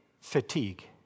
Fatigue